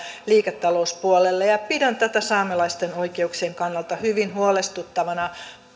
liiketalouspuolelle pidän tätä saamelaisten oikeuksien kannalta hyvin huolestuttavana